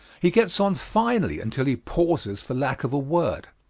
he gets on finely until he pauses for lack of a word.